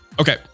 Okay